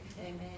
Amen